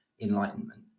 enlightenment